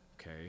okay